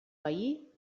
veí